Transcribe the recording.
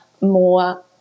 more